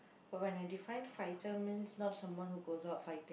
but when I define fighter means not someone who goes out fighting